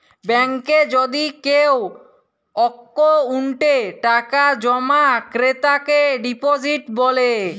ব্যাংকে যদি কেও অক্কোউন্টে টাকা জমা ক্রেতাকে ডিপজিট ব্যলে